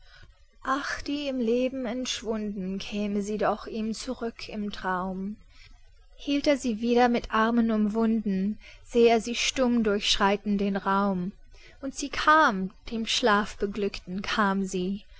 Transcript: ach die ihm im leben entschwunden käme sie doch ihm zurück im traum hielt er sie wieder mit armen umwunden säh er sie stumm durchschreiten den raum und sie kam dem schlafbeglückten kam sie